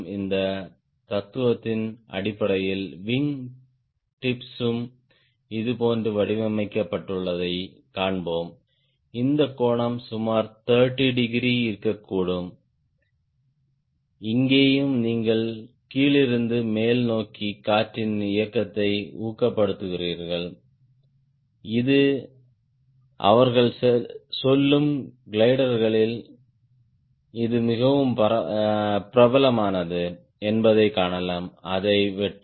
இந்த தத்துவத்தின் அடிப்படையில் விங் டிப்ஸும் இதுபோன்று வடிவமைக்கப்பட்டுள்ளதைக் காண்போம் இந்த கோணம் சுமார் 30 டிகிரி இருக்கக்கூடும் இங்கேயும் நீங்கள் கீழிருந்து மேல் நோக்கி காற்றின் இயக்கத்தை ஊக்கப்படுத்துகிறீர்கள் இது அவர்கள் சொல்லும் கிளைடர்களில் இது மிகவும் பிரபலமானது என்பதைக் காணலாம் அதை வெட்டவும்